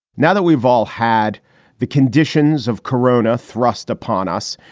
now that we've all had the conditions of corona thrust upon us,